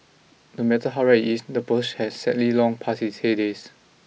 no matter how rare it is the Porsche has sadly long passed its heydays